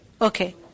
Okay